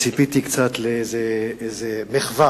ציפיתי קצת לאיזה מחווה.